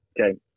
Okay